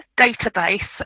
database